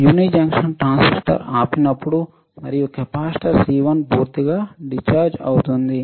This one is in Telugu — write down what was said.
యూని జంక్షన్ ట్రాన్సిస్టర్ ఆపినప్పుడు మరియు కెపాసిటర్ C1 పూర్తిగా డిశ్చార్జ్ అవుతుంది